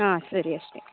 ಹಾಂ ಸರಿ ಅಷ್ಟೆ